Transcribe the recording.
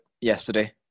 yesterday